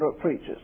preachers